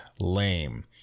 lame